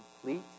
complete